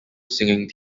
singing